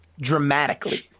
dramatically